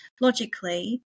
logically